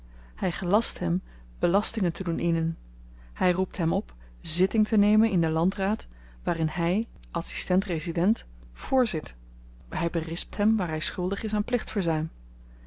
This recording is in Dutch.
hy gelast hem belastingen te doen innen hy roept hem op zitting te nemen in den landraad waarin hy adsistent resident voorzit hy berispt hem waar hy schuldig is aan